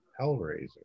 Hellraiser